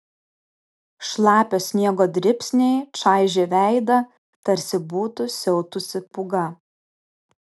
šlapio sniego dribsniai čaižė veidą tarsi būtų siautusi pūga